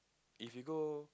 if you go